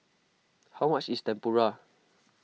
how much is Tempura